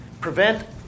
prevent